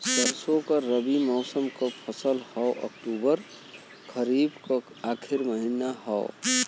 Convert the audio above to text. सरसो रबी मौसम क फसल हव अक्टूबर खरीफ क आखिर महीना हव